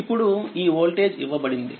ఇప్పుడు ఈ వోల్టేజ్ ఇవ్వబడింది